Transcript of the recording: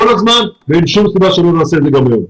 הזמן ואין שום סיבה שלא נעשה את זה גם היום.